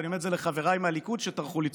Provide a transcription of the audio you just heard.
ואני אומר את זה לחבריי לליכוד שטרחו לצעוק.